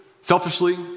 Selfishly